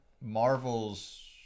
Marvel's